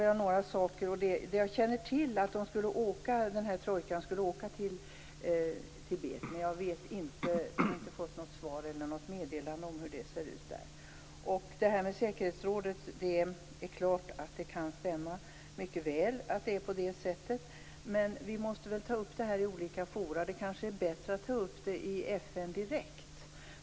Jag känner till att ordförandetrojkan skulle åka till Tibet, men jag har inte fått något meddelande om hur det ser ut där. När det gäller säkerhetsrådet kan det stämma att det är som utrikesministern säger, men vi måste ta upp frågan i olika forum. Det är kanske bättre att ta upp den i FN direkt.